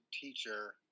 teacher